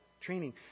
training